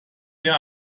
mehr